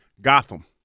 Gotham